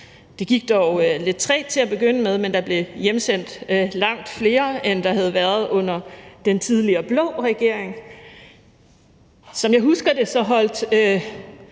Det gik dog lidt trægt til at begynde med, men der blev hjemsendt langt flere, end der var blevet under den tidligere, blå regering. Som jeg husker det, holdt